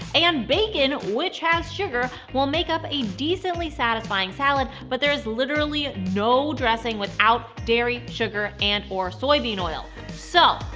and bacon, which has sugar, will make up a decently satisfying salad, but there is literally no dressing without dairy, sugar and or soybean oil. so,